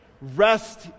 Rest